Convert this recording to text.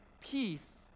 peace